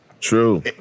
True